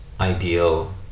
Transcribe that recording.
ideal